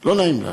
לא נעים להגיד,